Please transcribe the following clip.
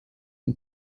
and